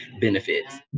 benefits